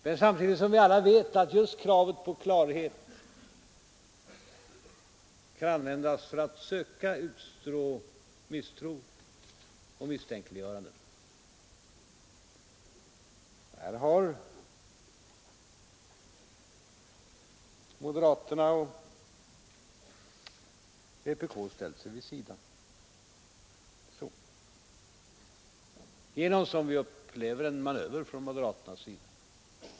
Men samtidigt vet vi alla att just kravet på klarhet kan användas för att utså misstro och misstänkliggöranden. Det är så att moderaterna och vpk har ställt sig vid sidan genom en, som vi upplever det, manöver av moderaterna.